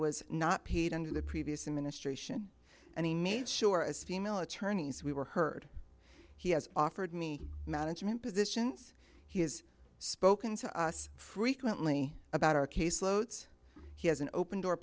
was not paid under the previous administration and he made sure as female attorneys we were heard he has offered me management positions he has spoken to us frequently about our case loads he has an open door